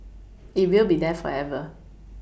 it will be there forever